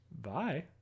Bye